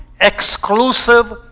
exclusive